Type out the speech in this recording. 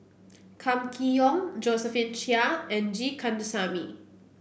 Kam Kee Yong Josephine Chia and G Kandasamy